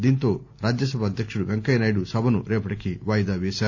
దీంతో రాజ్యసభ అధ్యక్షుడు వెంకయ్యనాయుడు సభను రేపటికి వాయిదా వేశారు